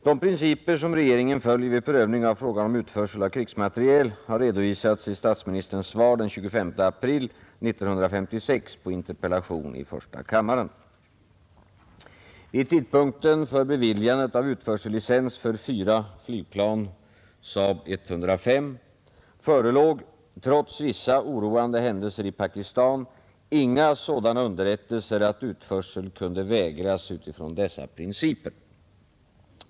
De principer som regeringen följer vid prövning av frågan om utförsel av krigsmateriel har redovisats i statsministerns svar den 25 april 1956 på interpellation i första kammaren. Vid tidpunkten för beviljandet av utförsellicens för fyra flygplan SAAB-105 förelåg — trots vissa oroande händelser i Pakistan — inga sådana underrättelser att utförsel kunde vägras utifrån dessa principer.